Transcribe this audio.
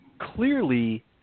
clearly